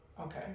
Okay